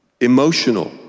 Emotional